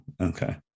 Okay